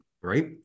right